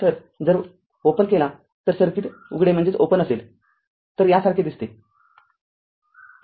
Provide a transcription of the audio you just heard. तर जर उघडा केला तरसर्किट उघडे असेल तर यासारखे दिसते